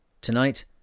Tonight